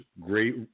great